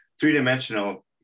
Three-dimensional